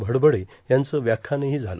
भडभडे यांचं व्याख्यानहो झालं